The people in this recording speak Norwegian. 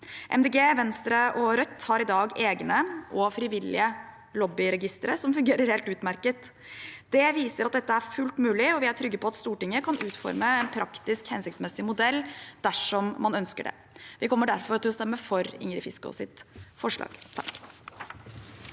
Venstre og Rødt har i dag egne og frivillige lobbyregistre som fungerer helt utmerket. Det viser at dette er fullt mulig, og vi er trygge på at Stortinget kan utforme en praktisk, hensiktsmessig modell dersom man ønsker det. Vi kommer derfor til å stemme for femte visepresident